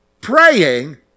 Praying